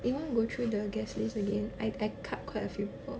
you want to go through the guest list again I I cut quite a few people